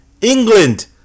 England